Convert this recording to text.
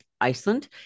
Iceland